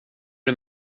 det